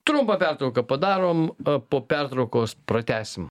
trumpą pertrauką padarom po pertraukos pratęsim